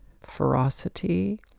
ferocity